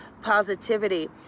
positivity